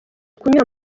kunyura